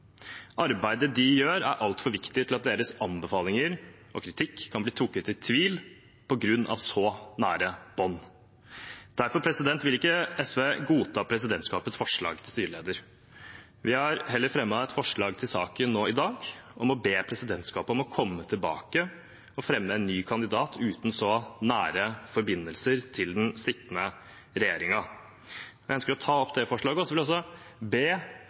Arbeidet de gjør, er altfor viktig til at deres anbefalinger og kritikk kan bli trukket i tvil på grunn av så nære bånd. Derfor vil ikke SV godta presidentskapets forslag til styreleder. Vi har heller fremmet et forslag til saken i dag om å be presidentskapet komme tilbake og fremme en ny kandidat uten så nære forbindelser til den sittende regjeringen. Jeg ønsker å ta opp dette forslaget. Så ser jeg at ingen andre har tegnet seg mens jeg har snakket. Jeg vil